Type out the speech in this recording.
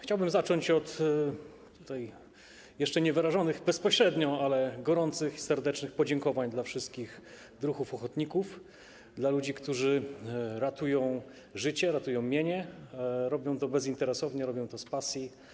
Chciałbym zacząć od jeszcze niewyrażonych bezpośrednio, ale gorących, serdecznych podziękowań dla wszystkich druhów ochotników, dla ludzi, którzy ratują życie, ratują mienie i robią to bezinteresownie, robią to z pasji.